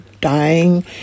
dying